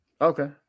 Okay